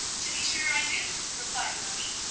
to be sure i do, replied moni,